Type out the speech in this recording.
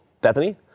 Bethany